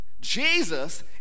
Jesus